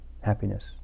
happiness